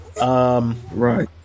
Right